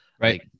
right